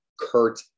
Kurt